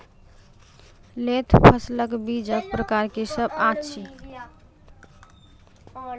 लोत फसलक बीजक प्रकार की सब अछि?